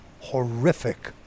horrific